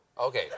Okay